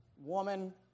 woman